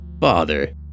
Father